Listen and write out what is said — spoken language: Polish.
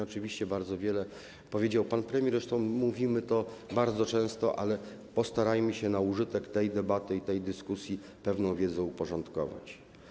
Oczywiście bardzo wiele powiedział pan premier, zresztą mówimy to bardzo często, ale postarajmy się na użytek tej debaty i tej dyskusji pewną wiedzę uporządkować.